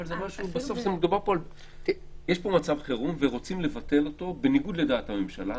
אבל יש פה מצב חירום ורוצים לבטל אותו בניגוד לדעת הממשלה.